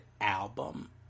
album